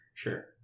Sure